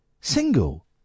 single